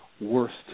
worst